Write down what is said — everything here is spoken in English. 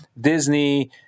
disney